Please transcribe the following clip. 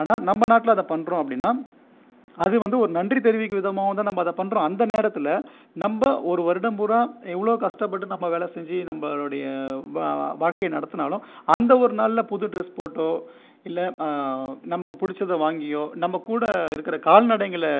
ஆனால் நம்ம நாட்டில் அதை பண்ணுறோம் அப்படின்னால் அது வந்து ஒரு நன்றி தெரிவிக்கும் விதமாகதான் நம்ம அதை பண்ணுறோம் அந்த நேரத்தில் நம்ம ஒரு வருடம் பூராக எவ்வளோ கஷ்டபட்டு நம்ம வேலை செஞ்சு நம்மளுடைய வா வாழ்க்கையை நடத்தினாலும் அந்த ஒரு நாளில் புது ட்ரஸ் போட்டோ இல்லை நமக்கு பிடிச்சத வாங்கியோ நம்ம கூட இருக்கிற கால்நடைங்களை